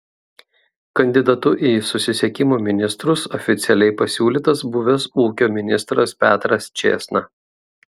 kandidatu į susisiekimo ministrus oficialiai pasiūlytas buvęs ūkio ministras petras čėsna